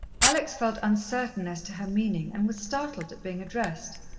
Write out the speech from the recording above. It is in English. alex felt uncertain as to her meaning, and was startled at being addressed.